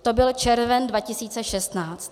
To byl červen 2016.